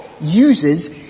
uses